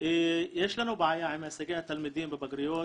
יש לנו בעיה עם הישגי התלמידים בבגרויות.